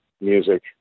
music